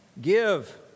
Give